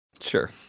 Sure